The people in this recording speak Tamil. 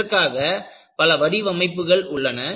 இதற்காக பல வடிவமைப்புகள் உள்ளன